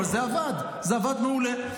אבל זה עבד, זה עבד מעולה.